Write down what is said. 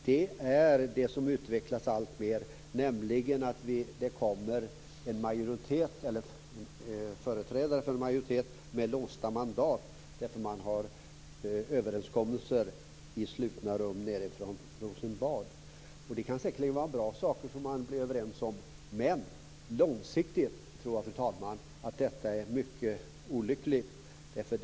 Det är att det kommer företrädare för en majoritet med låsta mandat på grund av att man har gjort överenskommelser i slutna rum i Rosenbad. Det kan säkert vara bra saker som man kommer överens om. Men jag tror att det är mycket olyckligt på lång sikt, fru talman.